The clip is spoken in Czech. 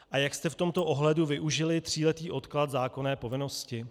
A jak jste v tomto ohledu využili tříletý odklad zákonné povinnosti?